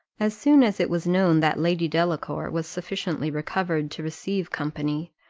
as soon as it was known that lady delacour was sufficiently recovered to receive company,